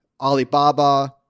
Alibaba